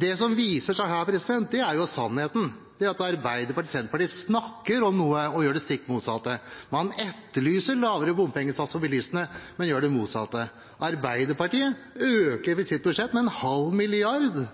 Det som viser seg her, er jo sannheten, det er at Arbeiderpartiet og Senterpartiet snakker om noe – og gjør det stikk motsatte. Man etterlyser lavere bompengesats for bilistene, men gjør det motsatte. Arbeiderpartiet øker i sitt budsjett med en halv milliard –